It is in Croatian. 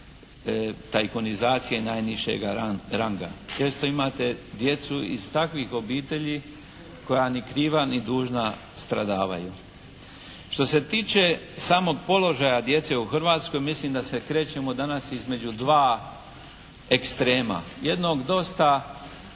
tajkunizacije i najnižega ranga. Često imate djecu iz takvih obitelji koja ni kriva ni dužna stradavaju. Što se tiče samog položaja djece u Hrvatskoj mislim da se krećemo danas između dva ekstrema, jednog dosta